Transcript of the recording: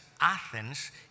Athens